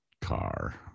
car